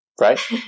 Right